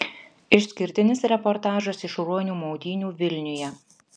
išskirtinis reportažas iš ruonių maudynių vilniuje